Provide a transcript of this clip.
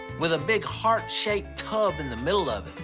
with a big heart shaped tub in the middle of it,